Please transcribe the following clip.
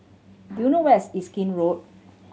do you know where is Erskine Road